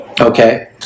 Okay